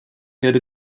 werde